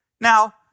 Now